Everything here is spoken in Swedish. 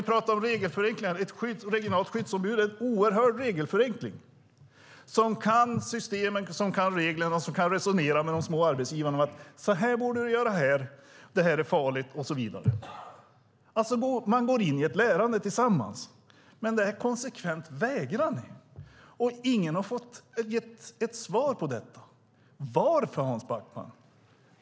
Ni pratar om regelförenklingar - ett regionalt skyddsombud är en oerhörd regelförenkling. Skyddsombudet kan systemen, kan reglerna och kan resonera med de små arbetsgivarna och säga: Så här borde du göra här, det här är farligt och så vidare. Man går alltså in i ett lärande tillsammans. Detta vägrar ni dock konsekvent, och ingen har fått svar. Varför, Hans Backman?